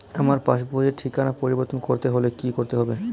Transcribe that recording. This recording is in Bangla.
আমার পাসবই র ঠিকানা পরিবর্তন করতে হলে কী করতে হবে?